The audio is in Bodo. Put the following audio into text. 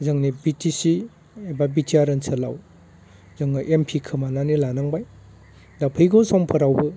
जोंनि बिटिसि एबा बिटिआर ओनसोलाव जोङो एम पि खोमानानै लानांबाय दा फैगौ समफोरावबो